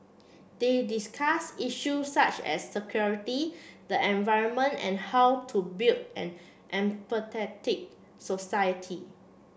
they discussed issue such as security the environment and how to build an empathetic society